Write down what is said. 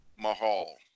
Mahal